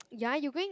ya you bring